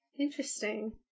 Interesting